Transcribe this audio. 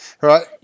right